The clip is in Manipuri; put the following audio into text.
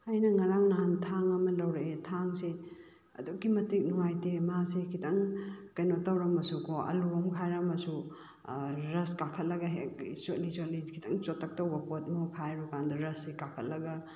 ꯑꯩꯅ ꯉꯔꯥꯡ ꯅꯍꯥꯟ ꯊꯥꯡ ꯑꯃ ꯂꯧꯔꯛꯑꯦ ꯊꯥꯡꯁꯦ ꯑꯗꯨꯛꯀꯤ ꯃꯇꯤꯛ ꯅꯨꯡꯉꯥꯏꯇꯦ ꯃꯥꯁꯦ ꯈꯤꯇꯪ ꯀꯩꯅꯣ ꯇꯧꯔꯝꯃꯁꯨꯀꯣ ꯑꯂꯨ ꯑꯃ ꯈꯥꯏꯔꯝꯃꯁꯨ ꯔꯁ ꯀꯥꯈꯠꯂꯒ ꯍꯦꯛ ꯆꯣꯠꯂꯤ ꯆꯣꯠꯂꯤ ꯈꯤꯇꯪ ꯆꯣꯠꯇꯛ ꯇꯧꯕ ꯄꯣꯠ ꯑꯃ ꯈꯥꯏꯔꯨꯀꯥꯟꯗ ꯔꯁꯁꯦ ꯀꯥꯈꯠꯂꯒ